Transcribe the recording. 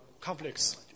conflicts